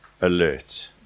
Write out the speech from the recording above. alert